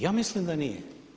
Ja mislim da nije.